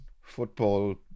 football